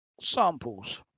samples